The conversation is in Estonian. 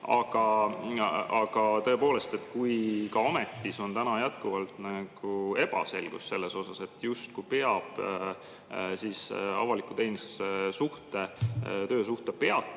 Aga tõepoolest, kui ka ametis on täna jätkuvalt ebaselgus selles osas – justkui peab avaliku teenistuse suhte,